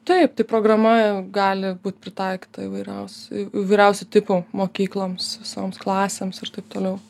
taip taip programa gali būt pritaikyta įvairiausių įvairiausių tipų mokykloms visoms klasėms ir taip toliau